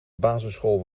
basisschool